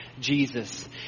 Jesus